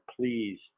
please